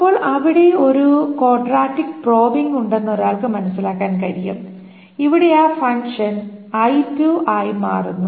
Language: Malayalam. അപ്പോൾ അവിടെ ഒരു ക്വാഡ്രാറ്റിക് പ്രോബിങ് ഉണ്ടെന്ന് ഒരാൾക്ക് മനസ്സിലാക്കാൻ കഴിയും അവിടെ ഈ ഫങ്ഷൻ i2 ആയി മാറുന്നു